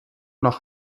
noch